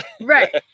Right